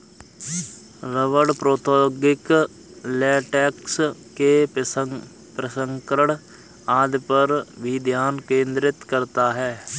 रबड़ प्रौद्योगिकी लेटेक्स के प्रसंस्करण आदि पर भी ध्यान केंद्रित करता है